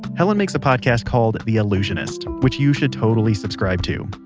helen makes a podcast called the allusionist, which you should totally subscribe to.